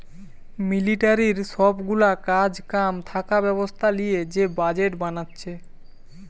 মিলিটারির সব গুলা কাজ কাম থাকা ব্যবস্থা লিয়ে যে বাজেট বানাচ্ছে